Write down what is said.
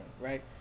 right